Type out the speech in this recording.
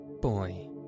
Boy